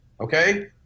Okay